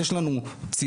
יש לנו צילומים.